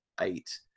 eight